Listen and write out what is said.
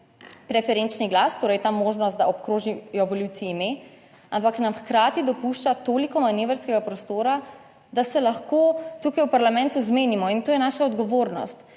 Preferenčni glas, torej ta možnost, da obkrožijo volivci ime, ampak nam hkrati dopušča toliko manevrskega prostora, da se lahko tukaj v parlamentu zmenimo in to je naša odgovornost.